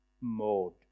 mode